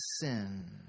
sin